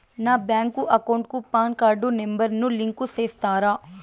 నా bank account కు PAN card number ను లింకు సేస్తారా?